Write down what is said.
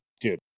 Dude